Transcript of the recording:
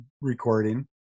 recording